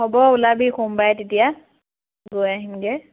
হ'ব ওলাবি সোমবাৰে তেতিয়া গৈ আহিমগৈ